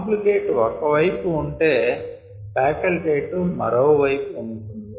obligate ఒక వైపు ఉంటె ఫ్యాకల్టె టివ్ మరో వైపు ఉంటుంది